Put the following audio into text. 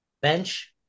Bench